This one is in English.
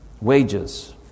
Wages